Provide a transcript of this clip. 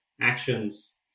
actions